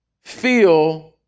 feel